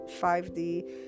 5d